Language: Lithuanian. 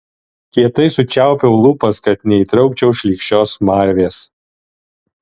kietai sučiaupiau lūpas kad neįtraukčiau šlykščios smarvės